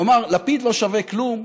הוא אמר: לפיד לא שווה כלום,